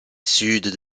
sud